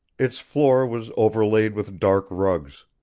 its floor was overlaid with dark rugs